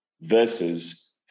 versus